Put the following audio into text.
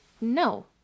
no